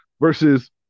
versus